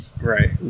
Right